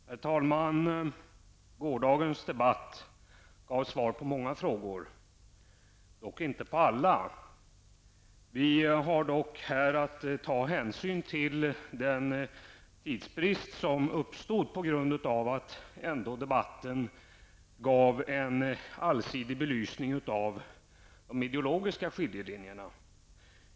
Herr talman! Gårdagens debatt gav svar på många frågor, dock inte på alla. Vi har dock här att ta hänsyn till den tidsbrist som uppstod på grund av att debatten ändå gav en allsidig belysning av de ideologiska skiljelinjerna.